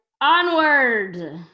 onward